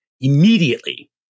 Immediately